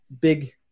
big